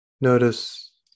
Notice